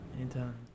Anytime